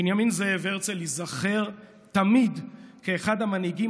בנימין זאב הרצל ייזכר תמיד כאחד המנהיגים